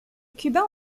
cubains